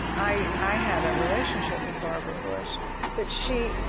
i had a relationship with barbara bush that she,